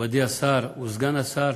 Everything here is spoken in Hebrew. מכובדי השר וסגן השר,